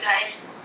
guys